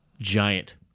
Giant